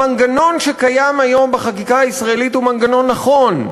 המנגנון שקיים היום בחקיקה הישראלית הוא מנגנון נכון.